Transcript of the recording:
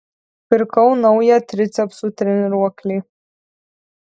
pirkau naują tricepsų treniruoklį